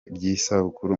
by’isabukuru